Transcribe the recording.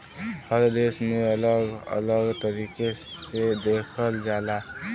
हर देश में अलग अलग तरीके से देखल जाला